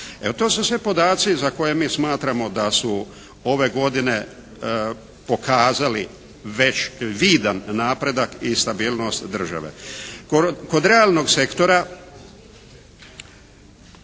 Evo to su sve podaci za koje mi smatramo da su ove godine pokazali već vidan napredak i stabilnost države. Kod realnog sektora